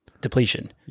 depletion